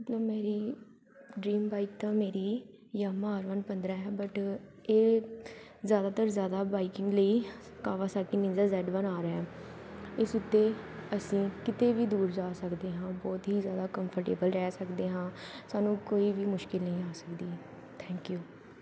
ਮਤਲਬ ਮੇਰੀ dream bike ਤਾਂ ਮੇਰੀ ਯਾਮਾ ਆਰ ਵਨ ਪੰਦਰ੍ਹਾਂ ਹੈ ਬਟ ਇਹ ਜ਼ਿਆਦਾਤਰ ਜ਼ਿਆਦਾ ਬਾਈਕਿੰਗ ਲਈ Kawasaki Ninja Z one R ਹੈ ਇਸ ਉੱਤੇ ਅਸੀਂ ਕਿਤੇ ਵੀ ਦੂਰ ਜਾ ਸਕਦੇ ਹਾਂ ਬਹੁਤ ਹੀ ਜ਼ਿਆਦਾ ਕੰਫਰਟੇਬਲ ਰਹਿ ਸਕਦੇ ਹਾਂ ਸਾਨੂੰ ਕੋਈ ਵੀ ਮੁਸ਼ਕਿਲ ਨਹੀਂ ਆ ਸਕਦੀ ਥੈਂਕ ਯੂ